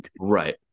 Right